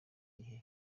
gihe